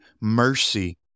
mercy